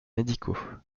médicaux